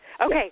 Okay